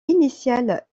initiale